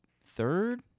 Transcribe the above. third